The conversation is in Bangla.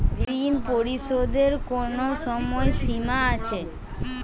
ঋণ পরিশোধের কোনো সময় সীমা আছে?